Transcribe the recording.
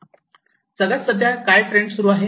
सध्या जगात काय ट्रेंड सुरू आहे